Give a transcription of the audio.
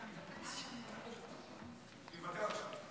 אני מוותר עכשיו.